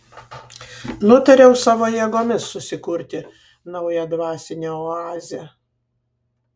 nutariau savo jėgomis susikurti naują dvasinę oazę